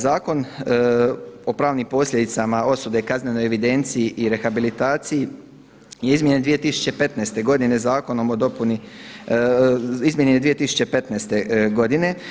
Zakon o pravnim posljedicama osude, kaznenoj evidenciji i rehabilitaciji je izmijenjen 2015. godine zakonom o dopuni, izmijenjen je 2015. godine.